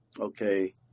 okay